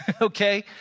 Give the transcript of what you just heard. Okay